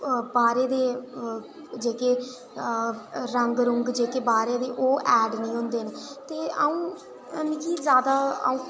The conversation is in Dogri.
बाह्रे दे जेह्के रंग रुंग जेह्के बाह्रे दे ओह् ऐड नेईं होंदे ते अ'ऊं ते मिगी जैदा मिकी बाह्रे दे जेह्के रंग रुंग बाह्रे दे जेह्के ओह् ऐड नेईं होंदे ते अ'ऊं मिगी जैदा घरै दा खाना गै